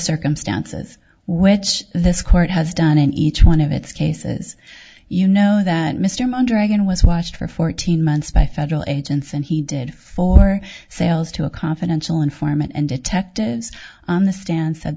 circumstances which this court has done in each one of its cases you know that mr munder again was watched for fourteen months by federal agents and he did for sales to a confidential informant and detectives on the stand said